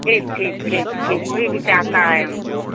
ठीक ठीक ठीक ठीक कोई भी चाहता है हमको